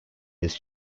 his